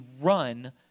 run